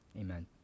amen